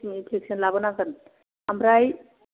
application लाबोनांगोन ओमफ्राय